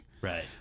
Right